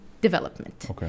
Development